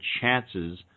chances